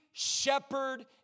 Shepherd